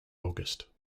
august